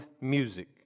music